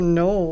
no